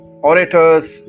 orators